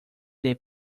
del